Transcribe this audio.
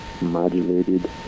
modulated